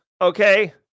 okay